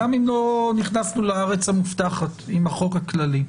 גם אם לא נכנסנו לארץ המובטחת עם החוק הכללי.